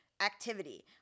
activity